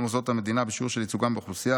מוסדות המדינה בשיעור של ייצוגם באוכלוסייה,